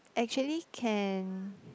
actually can